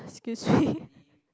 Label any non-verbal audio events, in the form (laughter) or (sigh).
excuse me (breath)